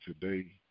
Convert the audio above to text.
today